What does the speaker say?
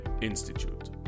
Institute